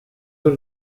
ore